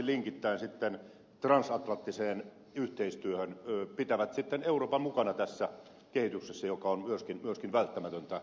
kun niitä sitten sopivasti linkitetään transatlanttiseen yhteistyöhön pidetään eurooppa mukana tässä kehityksessä joka on myöskin välttämätöntä